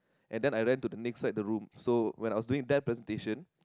and then I ran to the next side of the room so when I was doing that presentation